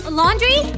laundry